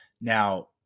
now